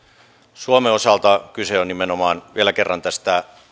suomen osalta kyse on nimenomaan vielä kerran tästä